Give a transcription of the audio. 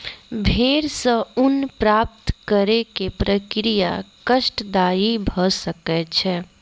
भेड़ सॅ ऊन प्राप्त करै के प्रक्रिया कष्टदायी भ सकै छै